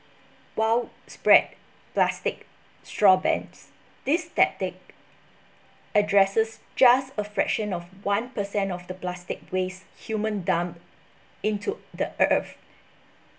wild spread plastic straw bends this tactic addresses just a fraction of one percent of the plastic waste human dump into the earth